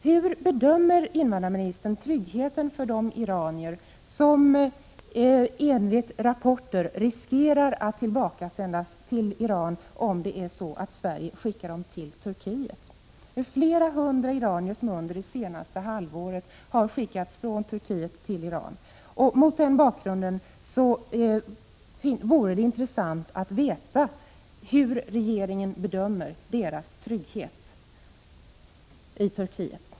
Hur bedömer invandrarministern tryggheten för de iranier som enligt rapporter riskerar att sändas tillbaka till Iran om Sverige skickar dem till Turkiet? Flera hundra iranier har under det senaste halvåret skickats från Turkiet till Iran. Mot den bakgrunden vore det intressant att veta hur regeringen bedömer iraniernas trygghet i Turkiet.